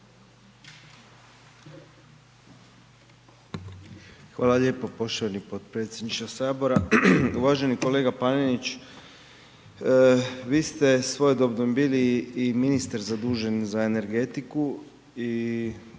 Hvala lijepo poštovani potpredsjedniče Sabora. Uvaženi kolega Panenić, vi ste svojedobno bili i ministar zadužen za energetiku i mislim